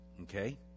Okay